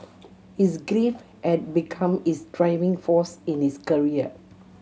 his grief had become his driving force in his career